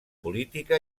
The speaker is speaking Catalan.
política